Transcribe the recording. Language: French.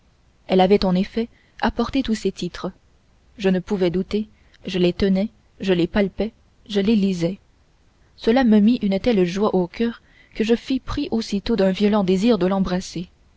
elle avait en effet apporté tous ses titres je ne pouvais douter je les tenais je les palpais je les lisais cela me mit une telle joie au coeur que je fus pris aussitôt d'un violent désir de l'embrasser